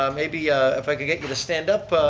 um maybe ah if i could get you to stand up.